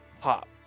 pop